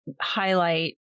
highlight